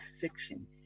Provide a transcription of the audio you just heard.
fiction